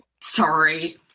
Sorry